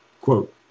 Quote